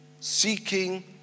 seeking